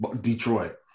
Detroit